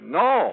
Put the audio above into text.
no